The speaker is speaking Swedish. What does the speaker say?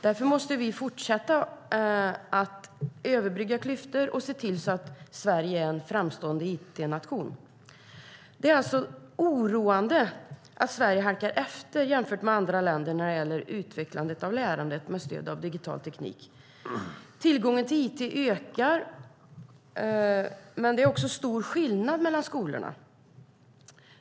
Därför måste vi fortsätta att överbrygga klyftor och se till så att Sverige är en framstående it-nation. Det är alltså oroande att Sverige halkar efter jämfört med andra länder när det gäller utvecklandet av lärande med stöd med digital teknik. Tillgången till it ökar, men det är också stor skillnad mellan skolorna.